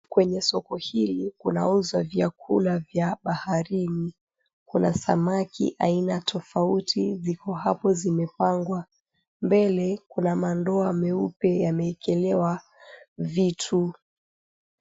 Kwenye soko hili kunauzwa vyakula vya baharini, kuna samaki aina tofauti viko hapo zimepangwa mbele kuna mandoa meupe yamewekelewa vitu.